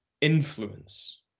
influence